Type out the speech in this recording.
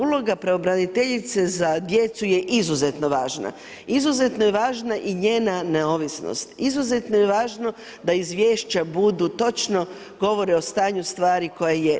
Uloga pravobraniteljice za djecu je izuzetno važna, izuzetno je važna i njena neovisnost, izuzetno je važno da izvješća točno govore o stanju stvari koja je.